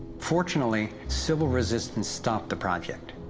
fortunately, civil resistance stopped the project.